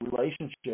relationship